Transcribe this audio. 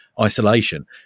isolation